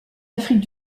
afrique